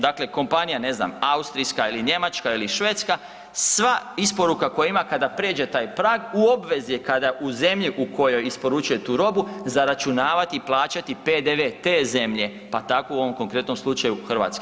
Dakle kompanija, ne znam, austrijska ili njemačka ili švedska, sva isporuka koju ima, kada pređe taj prag u obvezi je, kada u zemlji u kojoj isporučuje tu robu, zaračunavati i plaćati PDV te zemlje, pa tako u ovom konkretnom slučaju, Hrvatske.